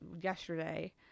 yesterday